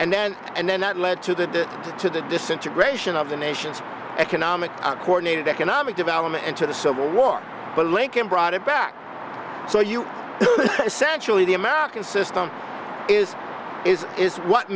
and then and then that led to the to the disintegration of the nation's economic coronated economic development and to the civil war but lincoln brought it back so you essential to the american system is is is what